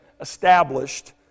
established